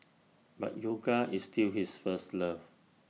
but yoga is still his first love